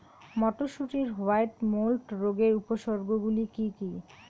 মটরশুটির white mould রোগের উপসর্গগুলি কী কী?